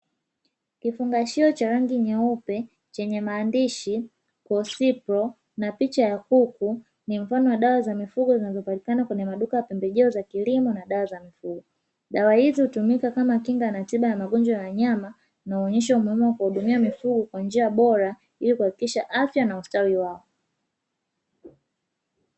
Kifungashio cha rangi nyeupe chenye maandishi kwa ''cyprus'' na picha ya kuku ni mfano wa dawa za mifugo zinazopatikana kwenye maduka ya pembejeo za kilimo na dawa za mifugo. Dawa hizo hutumika kama kinga na tiba ya magonjwa ya nyama naonyeshwa umuhimu wa kutumia mifugo kwa njia bora ili kuhakikisha afya na ustawi wao.